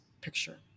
picture